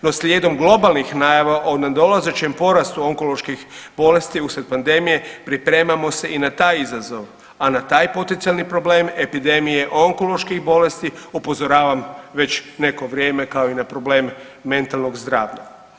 No, slijedom globalnih najava o nadolazećem porastu onkoloških bolesti uslijed pandemije pripremamo se i na taj izazov, a na taj potencijalni problem epidemije onkoloških bolesti upozoravam već neko vrijeme, kao i na problem mentalnog zdravlja.